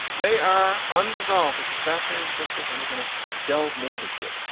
they are unresolved. it's a fascinating subject and we're going to delve more into it.